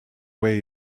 way